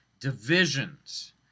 divisions